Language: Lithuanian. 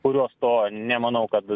kurios to nemanau kad